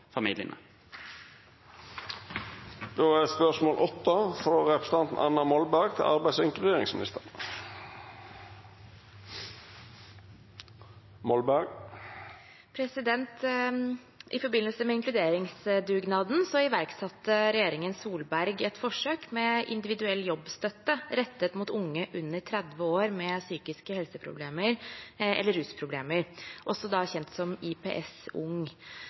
forbindelse med inkluderingsdugnaden iverksatte Solberg-regjeringen et forsøk med individuell jobbstøtte rettet mot unge under 30 år med psykiske helseproblemer og/eller rusproblemer, også kjent som IPS Ung.